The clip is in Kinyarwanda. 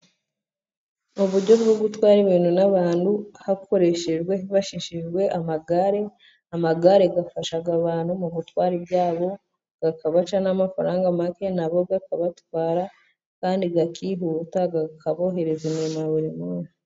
Mu uburyo bwo gutwara ibintu n'abantu, hakoreshejwe hifashishijwe amagare. Amagare afasha abantu mu gutwara ibyabo , akabaca n amafaranga make nabo akabatwara, kandi akihuta akaborohereza imirimo yabo ya buri munsi.